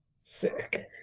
sick